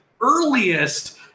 earliest